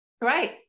Right